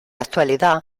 actualidad